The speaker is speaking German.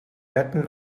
retten